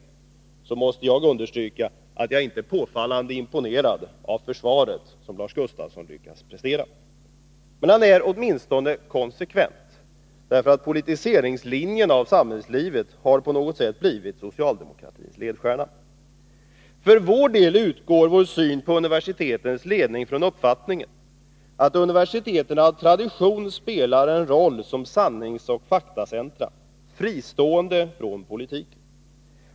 Jag måste medge att jag inte är påfallande imponerad av det försvar som Lars Gustafsson lyckas prestera. Men Lars Gustafsson är åtminstone konsekvent. Politiseringen av samhällslivet har på något sätt blivit socialdemokratins ledstjärna. Vår syn på universitetens ledning utgår från uppfattningen att universiteten av tradition spelar en roll som sanningsoch faktacentra, fristående från politiken.